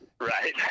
right